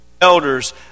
elders